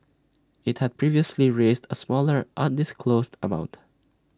IT had previously raised A smaller undisclosed amount